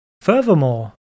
furthermore